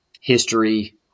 history